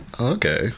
Okay